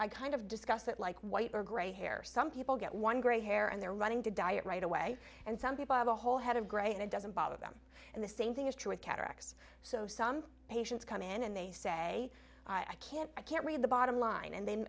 i kind of discuss that like white or gray hair some people get one gray hair and they're running to dye it right away and some people have a whole head of gray and it doesn't bother them and the same thing is true with cataracts so some patients come in and they say i can't i can't read the bottom line and the